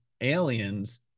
aliens